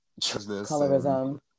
colorism